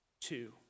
two